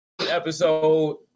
episode